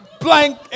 Blank